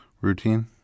routine